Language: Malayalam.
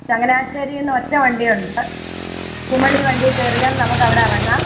ചങ്ങനാശ്ശേരിന്ന് ഒറ്റ വണ്ടിയുണ്ട് കുമളി വണ്ടിയിൽ കയറിയാൽ നമുക്ക് അവിടെ ഇറങ്ങാം